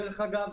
דרך אגב,